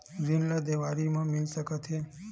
ऋण ला देवारी मा मिल सकत हे